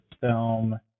film